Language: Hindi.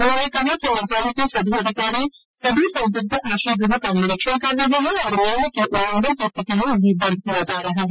उन्होंने कहा कि मंत्रालय के अधिकारी सभी संदिग्ध आश्रय गृहों का निरीक्षण कर रहे हैं और नियमों के उल्लंघन की स्थिति में उन्हें बंद किया जा रहा है